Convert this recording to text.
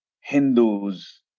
Hindus